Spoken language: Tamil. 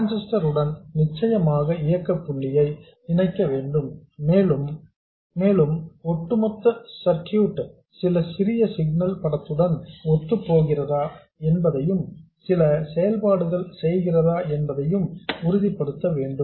டிரான்ஸிஸ்டர் உடன் நிச்சயமான இயக்க புள்ளியை இணைக்க வேண்டும் மேலும் ஒட்டுமொத்த சர்க்யூட் சில சிறிய சிக்னல் படத்துடன் ஒத்துப் போகிறதா என்பதையும் சில செயல்பாடுகளை செய்கிறதா என்பதையும் உறுதிப்படுத்த வேண்டும்